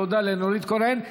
תודה לנורית קורן.